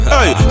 Hey